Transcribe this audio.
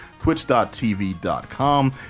twitch.tv.com